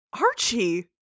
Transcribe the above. Archie